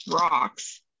rocks